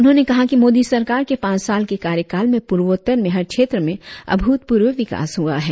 उन्होंने कहा कि मोदी सरकार के पांच साल के कार्यकाल में पूर्वोत्तर में हर क्षेत्र में अभूतपूर्व विकास हुआ है